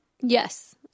yes